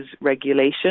Regulation